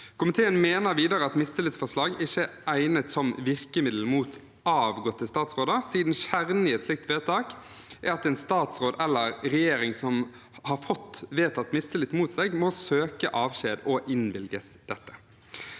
Komiteen mener videre at mistillitsforslag ikke er egnet som virkemiddel mot avgåtte statsråder, siden kjernen i et slikt vedtak er at en statsråd eller regjering som har fått vedtatt mistillit mot seg, må søke avskjed og innvilges dette.